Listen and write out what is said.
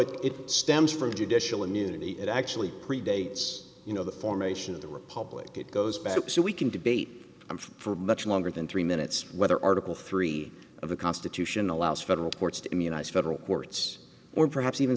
think it stems from judicial immunity it actually predates you know the formation of the republic it goes back so we can debate i'm sure for much longer than three minutes whether article three of the constitution allows federal courts to immunize federal courts or perhaps even